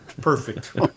Perfect